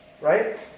right